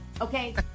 okay